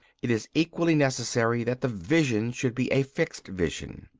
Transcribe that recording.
it is equally necessary that the vision should be a fixed vision.